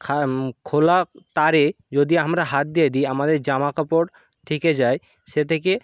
খাম খোলা তারে যদি আমরা হাত দিয়ে দি আমাদের জামা কাপড় ঠেকে যায় সে থেকে